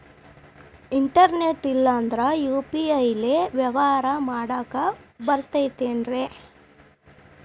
Internet ಇಲ್ಲಂದ್ರ UPI ಲೇ ವ್ಯವಹಾರ ಮಾಡಾಕ ಬರತೈತೇನ್ರೇ?